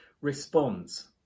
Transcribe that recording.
responds